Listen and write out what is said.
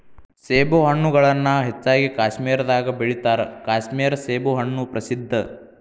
ಸೇಬುಹಣ್ಣುಗಳನ್ನಾ ಹೆಚ್ಚಾಗಿ ಕಾಶ್ಮೇರದಾಗ ಬೆಳಿತಾರ ಕಾಶ್ಮೇರ ಸೇಬುಹಣ್ಣು ಪ್ರಸಿದ್ಧ